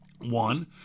One